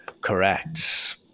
correct